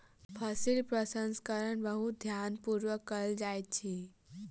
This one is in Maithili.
फसील प्रसंस्करण बहुत ध्यान पूर्वक कयल जाइत अछि